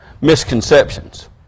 misconceptions